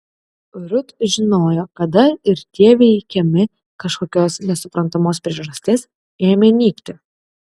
rut žinojo kada ir tie veikiami kažkokios nesuprantamos priežasties ėmė nykti